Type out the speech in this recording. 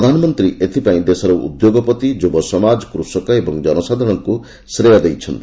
ପ୍ରଧାନମନ୍ତ୍ରୀ ଏଥିପାଇଁ ଦେଶର ଉଦ୍ୟୋଗପତି ଯୁବସମାଜ କୃଷକ ଓ ଜନସାଧାରଣଙ୍କୁ ଶ୍ରେୟ ଦେଇଛନ୍ତି